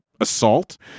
assault